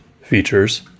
features